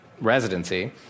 residency